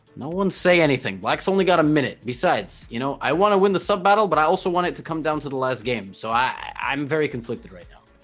no one say anything black's only got a minute besides you know i want to win the sub battle but i also want it to come down to the last game so i i'm very conflicted right now